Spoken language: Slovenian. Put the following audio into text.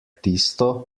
tisto